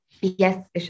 yes